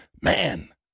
Man